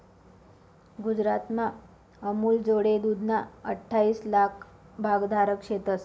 गुजरातमा अमूलजोडे दूधना अठ्ठाईस लाक भागधारक शेतंस